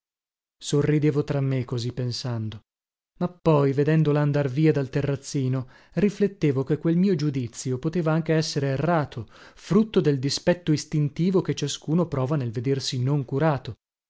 sorridevo tra me così pensando ma poi vedendola andar via dal terrazzino riflettevo che quel mio giudizio poteva anche essere errato frutto del dispetto istintivo che ciascuno prova nel vedersi non curato